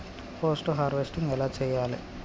Post harvesting ఎలా చెయ్యాలే?